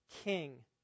king